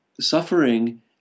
suffering